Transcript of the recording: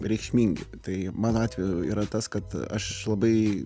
reikšmingi tai mano atveju yra tas kad aš labai